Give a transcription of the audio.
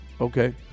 Okay